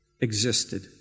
existed